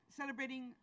celebrating